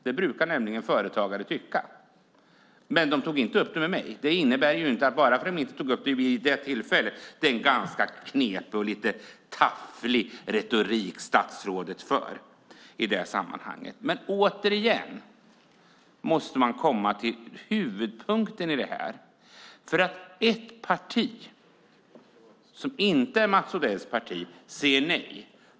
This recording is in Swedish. Det brukar nämligen företagare tycka, men de tog inte upp det med mig. De tog inte upp frågan vid det tillfället. Det är en knepig och tafflig retorik statsrådet för i sammanhanget. Men jag måste åter komma tillbaka till huvudpunkten i frågan. Ett parti - inte Mats Odells parti - säger nej.